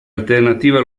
alternativa